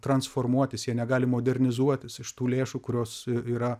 transformuotis jie negali modernizuotis iš tų lėšų kurios yra